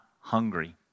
hungry